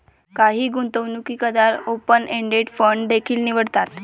काही गुंतवणूकदार open ended fund देखील निवडतात